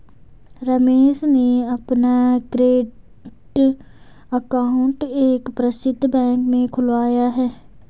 रमेश ने अपना current account एक प्रसिद्ध बैंक में खुलवाया है